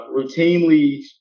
routinely